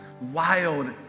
wild